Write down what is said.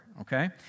okay